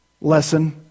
lesson